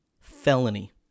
Felony